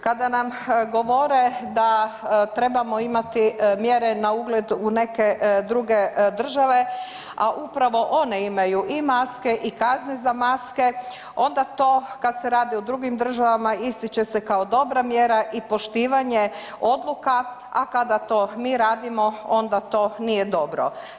Kada nam govore da trebamo imati mjere na ugled u neke druge države, a upravo one imaju i maske i kazne za maske onda to kad se radi o drugim državama ističe se kao dobra mjera i poštivanje odluka, a kada to mi radimo onda to nije dobro.